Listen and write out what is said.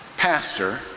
pastor